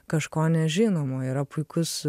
kažko nežinomo yra puikus